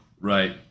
Right